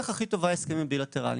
והדרך הכי טובה היא בהסכמים בילטרליים.